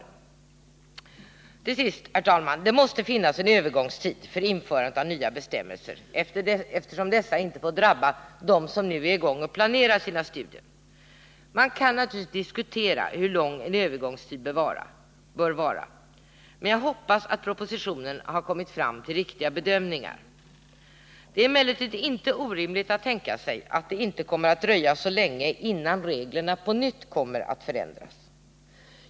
Till sist vill jag säga, herr talman, att det måste finnas en övergångstid för införandet av nya bestämmelser, eftersom dessa inte får drabba dem som nu är i gång och planerar sina studier. Det kan naturligtvis diskuteras hur lång en övergångstid bör vara, men jag hoppas att man i propositionen har kommit fram till riktiga bedömningar. Det är emellertid inte orimligt att tänka sig att det inte kommer att dröja så länge innan reglerna på nytt kommer att förändras.